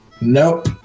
Nope